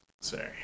Sorry